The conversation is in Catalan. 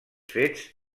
fets